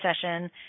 session